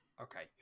Okay